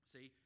See